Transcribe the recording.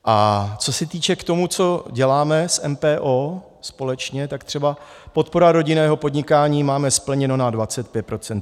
A co se týče k tomu, co děláme s MPO společně, tak třeba podpora rodinného podnikání máme splněno na 25 %.